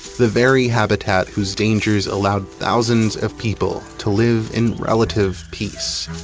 the very habitat whose dangers allowed thousands of people to live in relative peace